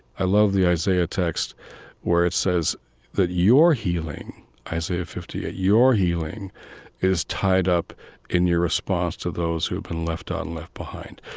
i love the isaiah text where it says that your healing isaiah fifty eight your healing is tied up in your response to those who have been left out ah and left behind.